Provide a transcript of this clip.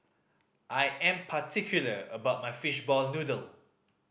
I am particular about my fishball noodle